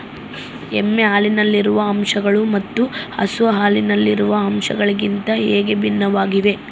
ಎಮ್ಮೆ ಹಾಲಿನಲ್ಲಿರುವ ಅಂಶಗಳು ಮತ್ತು ಹಸು ಹಾಲಿನಲ್ಲಿರುವ ಅಂಶಗಳಿಗಿಂತ ಹೇಗೆ ಭಿನ್ನವಾಗಿವೆ?